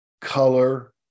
color